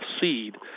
seed